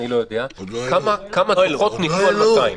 אני לא יודע כמה דוחות ניתנו על 200?